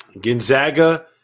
Gonzaga